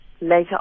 later